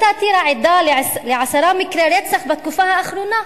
טירה היתה עדה לעשרה מקרי רצח בתקופה האחרונה,